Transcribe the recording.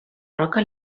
roca